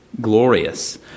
glorious